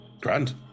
Grand